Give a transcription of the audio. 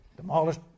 demolished